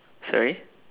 sorry